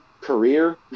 career